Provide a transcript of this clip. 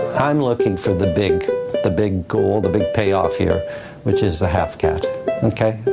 i'm looking for the big the big goal, the big payoff here which is a half-cat ok?